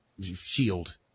shield